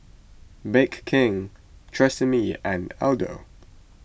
Bake King Tresemme and Aldo